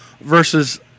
versus